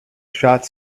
shots